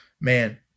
Man